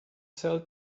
sell